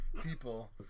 people